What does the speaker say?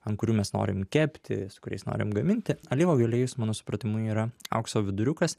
an kurių mes norim kepti su kuriais norim gaminti alyvuogių aliejus mano supratimu yra aukso viduriukas